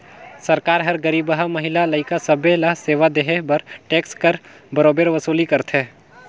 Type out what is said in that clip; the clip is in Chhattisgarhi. सरकार हर गरीबहा, महिला, लइका सब्बे ल सेवा देहे बर टेक्स कर बरोबेर वसूली करथे